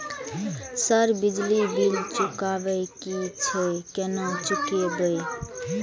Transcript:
Sir बिजली bill चुकाबे की छे केना चुकेबे?